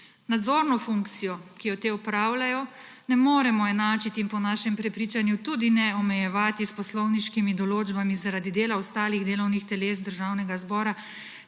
Nadzorne funkcije, ki jo te opravljajo, ne moremo enačiti in po našem prepričanju tudi ne omejevati s poslovniškimi določbami zaradi dela ostalih delovnih teles Državnega zbora,